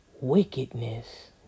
wickedness